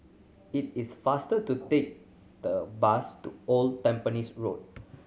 it is faster to take the bus to Old Tampines Road